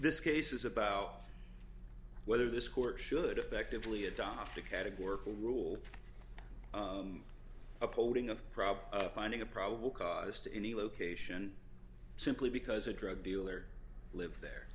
this case is about whether this court should effectively adopt a categorical rule upholding of prob finding a probable cause to any location simply because a drug dealer lived there